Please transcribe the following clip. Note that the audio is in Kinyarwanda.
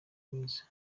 mwiza